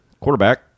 quarterback